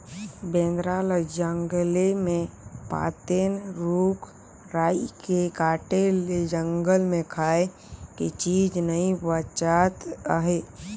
बेंदरा ल जंगले मे पातेन, रूख राई के काटे ले जंगल मे खाए के चीज नइ बाचत आहे